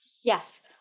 Yes